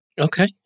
Okay